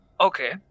Okay